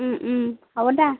হ'ব দে